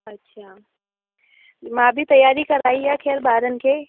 अच्छा मां बि तयारी करायी आहे खैर ॿारनि खे